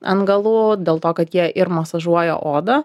ant galų dėl to kad jie ir masažuoja odą